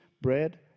bread